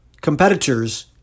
competitors